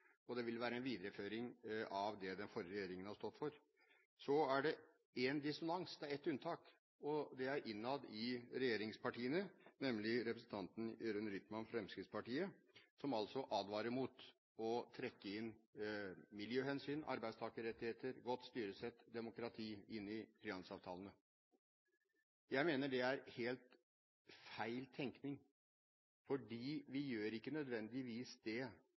og det vil være en videreføring av det den forrige regjeringen har stått for. Så er det én dissonans, ett unntak, og det er innad i regjeringspartiene, nemlig representanten Jørund Rytman, Fremskrittspartiet, som advarer mot å trekke miljøhensyn, arbeidstakerrettigheter, godt styresett og demokrati inn i frihandelsavtalene. Jeg mener det er helt feil tenkning, for vi gjør det ikke nødvendigvis